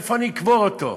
איפה אני אקבור אותו?